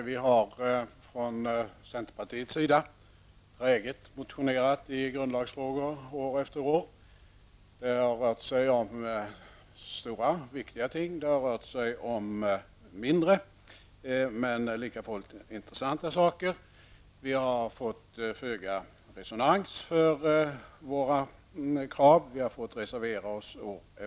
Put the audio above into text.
Herr talman! Från centerpartiets sida har vi år efter år träget motionerat i grundlagsfrågor. Det har rört sig om stora och viktiga ting och mindre, men likafullt intressanta saker. Vi har fått föga resonans för våra krav och därför har vi ständigt reserverat oss.